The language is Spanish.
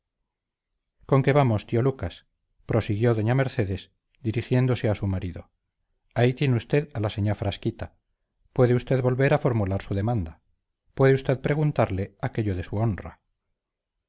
conque vamos tío lucas prosiguió doña mercedes dirigiéndose a su marido ahí tiene usted a la señá frasquita puede usted volver a formular su demanda puede usted preguntarle aquello de su honra mercedes por los clavos de